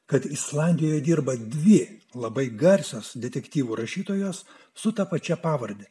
kad islandijoje dirba dvi labai garsios detektyvų rašytojos su ta pačia pavarde